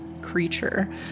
creature